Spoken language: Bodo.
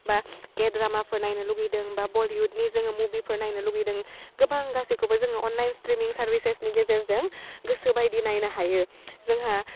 बा के द्रामाफोर नायनो लुगैदों बा बलिउदनि जोङो मुभिफोर नायनो लुगैदों गोबां गासैखौबो जोङो अनलाइन स्ट्रिमिं सार्भिसेसनि गेजेरजों गोसोबायदि नायनो हायो जोंहा